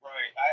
Right